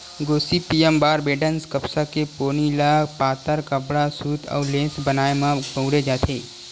Gossypium barbadense कपसा के पोनी ल पातर कपड़ा, सूत अउ लेस बनाए म बउरे जाथे